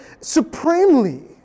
supremely